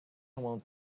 want